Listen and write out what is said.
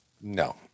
No